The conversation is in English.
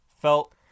felt